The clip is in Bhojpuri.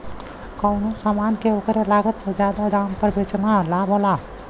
कउनो समान के ओकरे लागत से जादा दाम पर बेचना लाभ होला